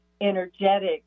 energetic